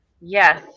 yes